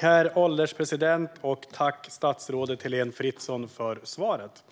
Herr ålderspresident! Tack, statsrådet Heléne Fritzon, för svaret!